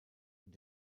und